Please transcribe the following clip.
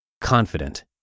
Confident